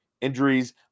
injuries